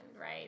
right